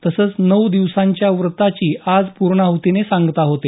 तसंच नऊ दिवसांच्या व्रताची आज पूर्णाहुतीने सांगता होते